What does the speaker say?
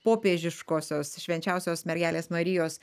popiežiškosios švenčiausios mergelės marijos